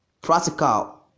practical